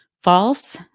false